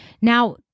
Now